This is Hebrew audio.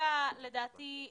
מקרים בהם